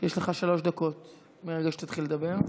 יש לך שלוש דקות מהרגע שתתחיל לדבר.